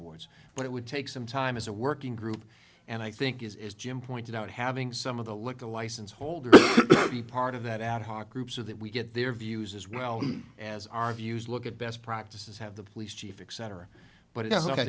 boards but it would take some time as a working group and i think is as jim pointed out having some of the liquor license holders to be part of that ad hoc group so that we get their views as well as our views look at best practices have the police chief exciter but i